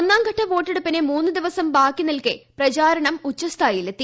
ഒന്നാംഘട്ട വോട്ടെടുപ്പിന് മൂന്നു ദിവസം ബാക്കിനിൽക്കെ പ്രചരണം ഉച്ചസ്ഥായിയിലെത്തി